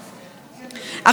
שלא נטעה,